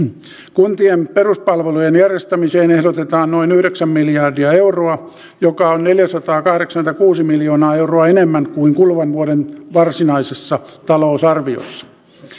kuntien peruspalvelujen järjestämiseen ehdotetaan noin yhdeksän miljardia euroa joka on neljäsataakahdeksankymmentäkuusi miljoonaa euroa enemmän kuin kuluvan vuoden varsinaisessa talousarviossa